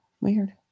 Weird